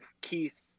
Keith